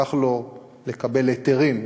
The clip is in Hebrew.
ייקח לו לקבל היתרים,